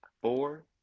Four